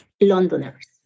Londoners